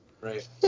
Right